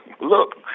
Look